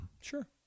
sure